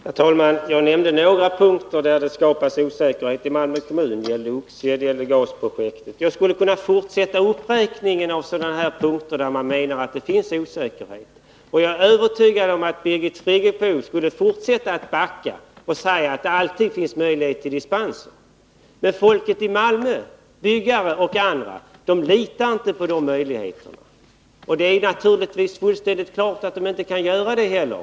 Herr talman! Jag nämnde några punkter där det skapas osäkerhet i Malmö kommun. Det gällde Oxie och gasprojektet. Jag skulle kunna fortsätta uppräkningen av sådana punkter där man menar att det finns osäkerhet, och jag är övertygad om att Birgit Friggebo skulle fortsätta att backa och säga att det alltid finns möjligheter till dispens. Men folk i Malmö— byggare och andra —litar inte på de möjligheterna. Och det är naturligtvis fullständigt klart att de inte kan göra det heller.